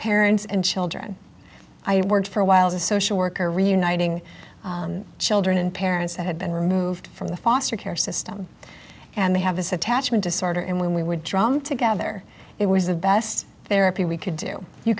parents and children i worked for a while as a social worker reuniting children and parents that had been removed from the foster care system and they have this attachment disorder and when we would drum together it was the best therapy we could do you